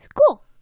School